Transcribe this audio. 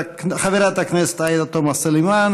חברת הכנסת עאידה תומא סלימאן,